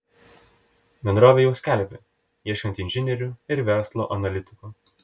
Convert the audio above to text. bendrovė jau skelbia ieškanti inžinierių ir verslo analitiko